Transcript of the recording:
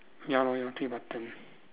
ya lor ya three button